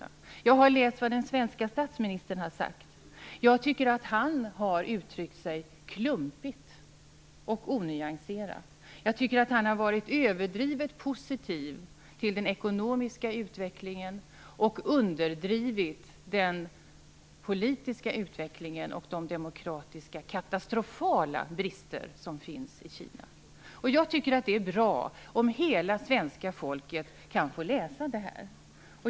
Jag har också läst vad den svenske statsministern sagt och tycker att han har uttryckt sig klumpigt och onyanserat. Jag tycker att han har varit överdrivet positiv till den ekonomiska utvecklingen och underdrivit den politiska utvecklingen och de katastrofala demokratiska brister som finns i Kina. Det är bra om hela svenska folket kan få läsa det här.